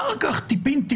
ואחר כך טיפין-טיפין,